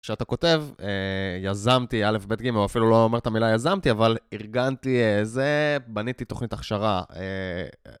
כשאתה כותב, יזמתי, א' ב' ג', או אפילו לא אומר את המילה יזמתי, אבל ארגנתי זה... בניתי תוכנית הכשרה.